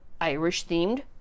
Irish-themed